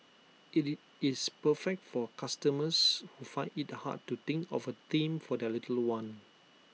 IT is it's perfect for customers who find IT hard to think of A theme for their little one